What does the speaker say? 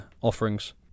offerings